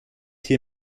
hier